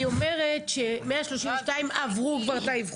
היא אומרת ש-132 עברו כבר את האבחון ומאושרים.